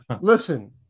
Listen